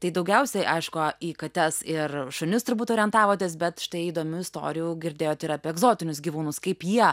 tai daugiausiai aišku į kates ir šunis turbūt orientavotės bet štai įdomių istorijų girdėjot ir apie egzotinius gyvūnus kaip jie